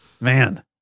Man